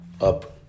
up